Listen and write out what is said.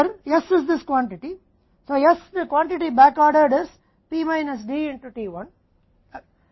इसलिए s की मात्रा वापस आ गई है T में P माइनस D 1 है